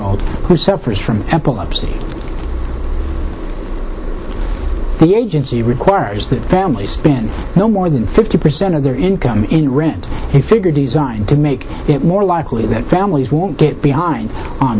old who suffers from epilepsy the agency requires the family's been no more than fifty percent of their income in rent a figure designed to make it more likely that families will get behind on